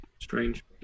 Strange